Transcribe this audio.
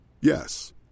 Yes